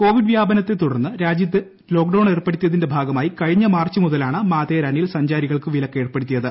Covid വ്യാപനത്തെ തുടർന്ന് രാജ്യത്തു ലോക്ഡൌൺ ഏർപ്പെടുത്തിയതിന്റെ ഭാഗമായി കഴിഞ്ഞ മാർച്ച് മുതലാണ് മാത്തേരാനിൽ സഞ്ചാരികൾക്കു വിലക്ക് ഏർപ്പെടുത്തിയത്